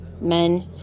men